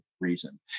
Reason